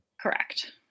correct